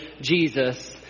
Jesus